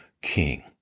king